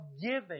giving